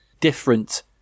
different